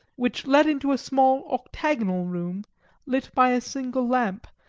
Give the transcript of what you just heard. which led into a small octagonal room lit by a single lamp,